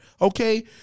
okay